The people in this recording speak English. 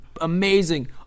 amazing –